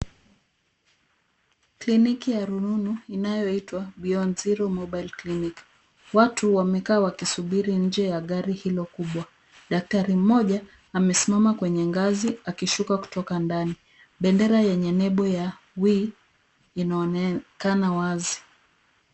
Kliniki ya rununu inayoitwa Beyond Zero Mobile Clinic. Watu wamekaa wakisubiri nje ya gari hilo kubwa. Daktari mmoja amesimama kwenye ngazi akishuka kutoka kwa ndani. Bendera yenye nembo ya We inaonekana wazi.